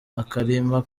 akarima